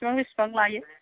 बेसेबां बेसेबां लायो